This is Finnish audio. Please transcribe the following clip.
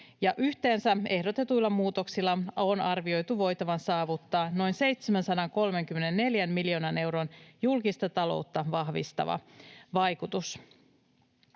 Yhteensä ehdotetuilla muutoksilla on arvioitu voitavan saavuttaa noin 734 miljoonan euron julkista taloutta vahvistava vaikutus.